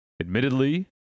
admittedly